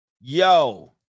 Yo